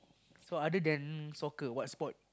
so other than soccer what sport